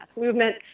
movement